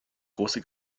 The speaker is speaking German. große